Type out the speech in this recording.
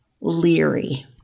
leery